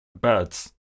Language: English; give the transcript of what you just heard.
Birds